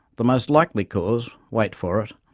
the most likely cause, wait for it,